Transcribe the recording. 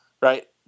right